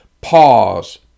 pause